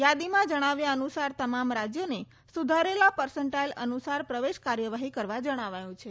યાદીમાં જણાવ્યા અનુસાર તમામ રાજ્યોને સુધારેલા પર્સન્ટાઇલ અનુસાર પ્રવેશ કાર્યવાહી કરવા જણાવાયું છે